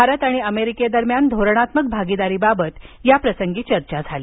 भारत आणि अमेरिकेदरम्यान धोरणात्मक भागीदारीबाबत या प्रसंगी चर्चा झाली